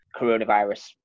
coronavirus